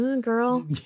girl